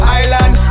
island